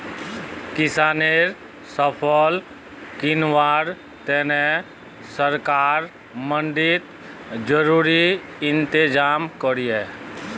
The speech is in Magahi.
किस्सानेर फसल किंवार तने सरकार मंडित ज़रूरी इंतज़ाम करोह